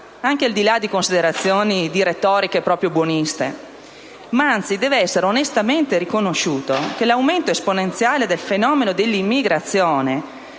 al di là di considerazioni retoriche e buoniste, ma anzi deve essere onestamente riconosciuto che l'aumento esponenziale del fenomeno dell'immigrazione